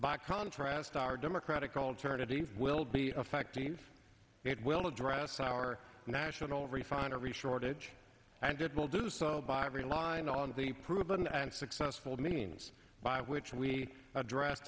by contrast our democratic alternative will be factories it will address our national refinery shortage i did will do so by relying on the proven and successful means by which we address